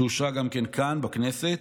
שאושרה גם כאן, בכנסת,